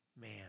man